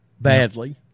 badly